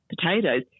potatoes